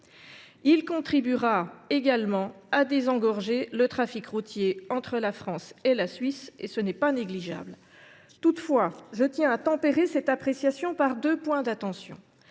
Il contribuera également à désengorger le trafic routier entre la France et la Suisse, ce qui n’est pas négligeable. Toutefois, je tiens à tempérer cette appréciation par deux points d’attention.